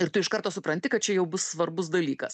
ir tu iš karto supranti kad čia jau bus svarbus dalykas